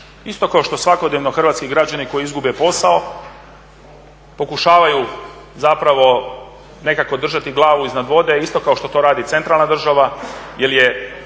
isto kao što svakodnevno hrvatski građani koji izgube posao pokušavaju zapravo nekako držati glavu iznad vode, isto kao što to radi centralna država jer je